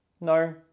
No